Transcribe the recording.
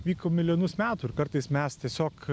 vyko milijonus metų ir kartais mes tiesiog